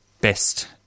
best